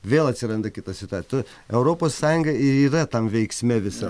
vėl atsiranda kita sitata europos sąjunga ir yra tam veiksme visa